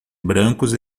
brancos